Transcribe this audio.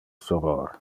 soror